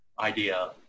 idea